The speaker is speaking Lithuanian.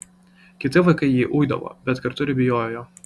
kiti vaikai jį uidavo bet kartu ir bijojo jo